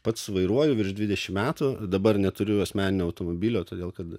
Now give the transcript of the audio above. pats vairuoju virš dvidešimt metų dabar neturiu asmeninio automobilio todėl kad